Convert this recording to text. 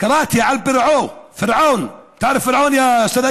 על פרעה, פרעון (אומר